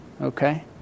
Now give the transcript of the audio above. Okay